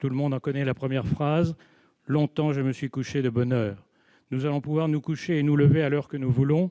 Tout le monde connaît la première phrase de son oeuvre :« Longtemps, je me suis couché de bonne heure. » Nous allons pouvoir nous coucher et nous lever à l'heure que nous voulons